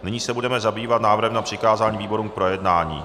Nyní se budeme zabývat návrhem na přikázání výborům k projednání.